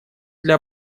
для